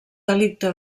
delicte